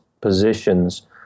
positions